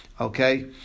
okay